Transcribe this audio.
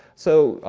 so,